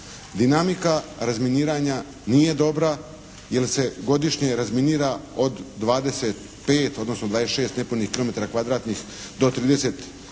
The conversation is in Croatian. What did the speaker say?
Dinamika razminiranja nije dobra jer se godišnje razminira od 25, odnosno 26 nepunih kilometara kvadratnih do 30